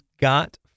got